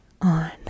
on